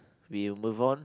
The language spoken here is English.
we'll move on